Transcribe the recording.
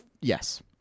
Yes